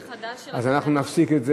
יש שינוי חדש של התקנון.